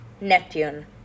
Neptune